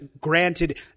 granted